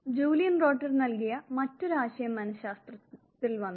Julian Rotter നൽകിയ മറ്റൊരു ആശയം മനശാസ്ത്രത്തിൽ വന്നു